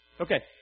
Okay